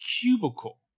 cubicle